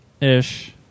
ish